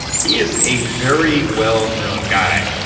he is a very well known guy,